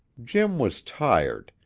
jim was tired,